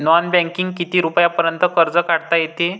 Non बँकिंगनं किती रुपयापर्यंत कर्ज काढता येते?